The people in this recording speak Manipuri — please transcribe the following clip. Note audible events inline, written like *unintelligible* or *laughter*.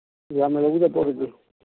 ꯌꯥꯝꯅ *unintelligible*